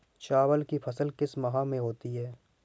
चावल की फसल किस माह में होती है?